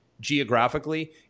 geographically